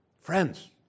Friends